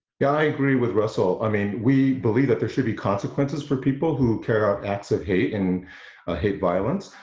yeah, i agree with russell i mean we believe that there should be consequences for people who carry out acts of hate and ah hate violence,